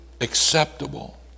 acceptable